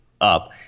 up